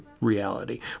reality